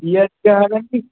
हलंदी